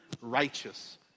righteous